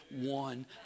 one